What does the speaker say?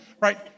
Right